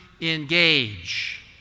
engage